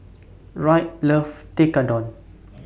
Wright loves Tekkadon